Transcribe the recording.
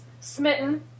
Smitten